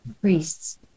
priests